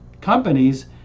companies